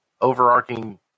Overarching